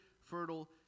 fertile